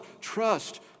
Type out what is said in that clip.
trust